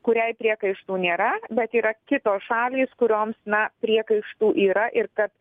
kuriai priekaištų nėra bet yra kitos šalys kurioms na priekaištų yra ir kad